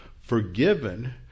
forgiven